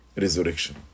resurrection